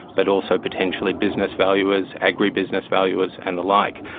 but also potentially business valuers, agribusiness valuers, and the like.